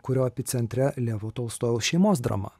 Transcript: kurio epicentre levo tolstojaus šeimos drama